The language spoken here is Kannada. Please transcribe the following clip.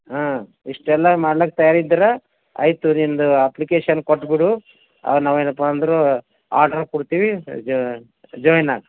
ಹಾಂ ಇಷ್ಟೆಲ್ಲ ಮಾಡಕ್ಕೆ ತಯಾರಿದ್ರೆ ಆಯಿತು ನಿನ್ನದು ಅಪ್ಲಿಕೇಶನ್ ಕೊಟ್ಟುಬಿಡು ನಾವು ಏನಪ್ಪ ಅಂದ್ರೆ ಆರ್ಡರ್ ಕೊಡ್ತೀವಿ ಜಾಯಿನ್ ಆಗು